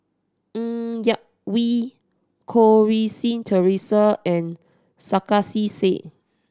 Ng Yak Whee Goh Rui Si Theresa and Sarkasi Said